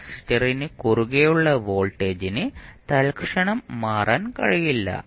കപ്പാസിറ്ററിന് കുറുകെയുള്ള വോൾട്ടേജിന് തൽക്ഷണം മാറാൻ കഴിയില്ല